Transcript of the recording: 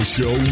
Show